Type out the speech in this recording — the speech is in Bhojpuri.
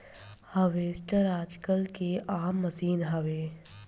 हार्वेस्टर आजकल के आम मसीन हवे